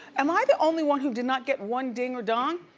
am i the only one who did not get one ding or dong?